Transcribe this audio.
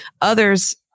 Others